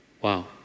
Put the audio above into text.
wow